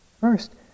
First